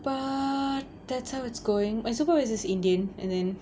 but that's how it's going my supervisor is indian and then